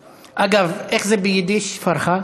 אגב, איך זה ביידיש, פרחה?